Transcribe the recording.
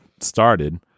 started